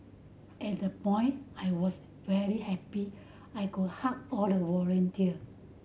at that point I was very happy I could hug all the volunteer